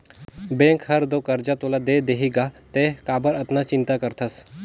bank हर तो करजा तोला दे देहीगा तें काबर अतना चिंता करथस